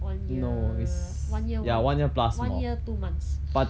one year one year one one year two months